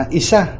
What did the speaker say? isa